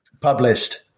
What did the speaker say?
published